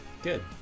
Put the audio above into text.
good